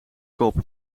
kop